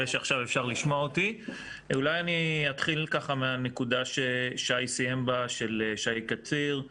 אולי אתחיל מן הנקודה ששי קציר סיים בה,